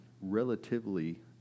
relatively